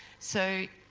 so,